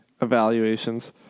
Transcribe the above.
evaluations